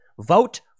vote